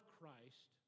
Christ